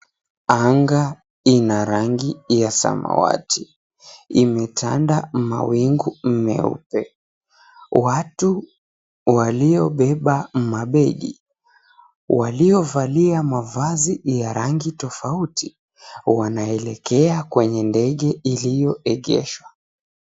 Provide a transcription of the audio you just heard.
Anga ina rangi ya samawati imetanda mawingu meupe. Watu waliobeba mabegi waliovalia mavazi ya rangi tofauti wanaelekea kwenye ndege iliyoegeshwa.